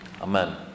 amen